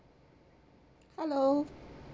hello